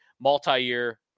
multi-year